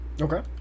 Okay